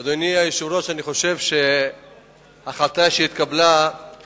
אדוני היושב-ראש, ההחלטה שהתקבלה היא